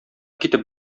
китеп